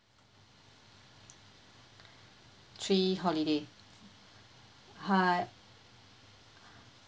three holiday hi